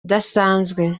idasanzwe